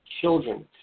children